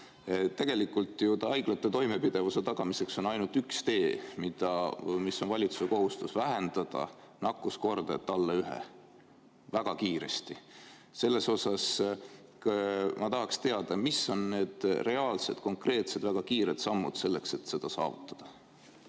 Tegelikult on ju haiglate toimepidevuse tagamiseks ainult üks tee, mis on valitsuse kohustus: vähendada nakkuskordajat alla 1 väga kiiresti. Ma tahaks teada, mis on need reaalsed, konkreetsed, väga kiired sammud selleks, et seda saavutada.